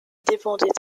dépendait